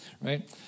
right